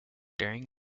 during